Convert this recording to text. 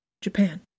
Japan